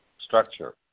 structure